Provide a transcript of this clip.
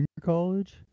College